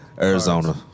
Arizona